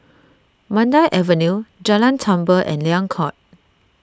Mandai Avenue Jalan Tambur and Liang Court